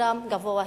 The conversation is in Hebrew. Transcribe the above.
שמספרם גבוה יותר.